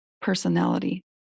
personality